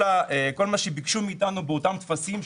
כל מה שביקשו מאיתנו באותם טפסים,